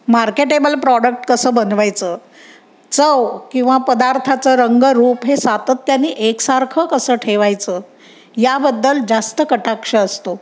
marketable product कसं बनवायचं चव किंवा पदार्थाचं रंगरूप हे सातत्याने एकसारखं कसं ठेवायचं याबद्दल जास्त कटाक्ष असतो